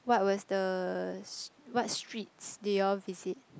what was the what streets did you all visit